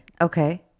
Okay